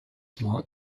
marked